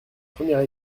première